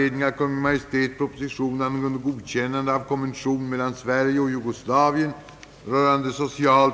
Härmed får jag anhålla om ledighet från riksdagsarbetet från och med den 8 till och med den 11 instundande april i och för utlandsresa.